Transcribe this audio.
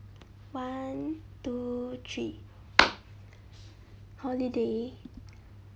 one two three holiday